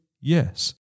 yes